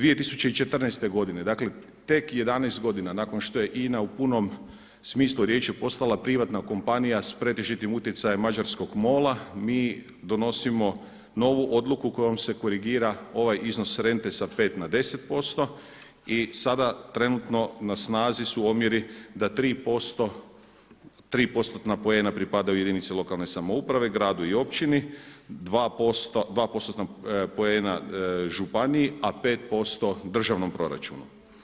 2014. godine, dakle tek 11 godina nakon što je INA u punom smislu riječi postala privatna kompanija s pretežitim utjecajem mađarskog MOL-a mi donosimo novu odluku kojom se korigira ovaj iznos rente sa 5 na 10% i sada trenutno na snazi su omjeri da 3%tna poena pripadaju jedinici lokalne samouprave, gradu i općini, 2%tna poena županiji a 5% državnom proračunu.